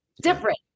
Different